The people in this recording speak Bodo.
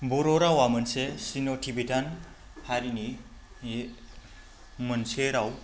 बर' रावआ मोनसे चिन' टिब्बेतान हारिनि बेयो मोनसे राव